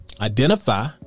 Identify